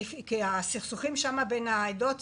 כמו באו"ם, בגלל הסכסוכים שם שבין העדות.